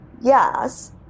yes